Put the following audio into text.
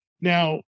Now